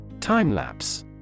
Time-lapse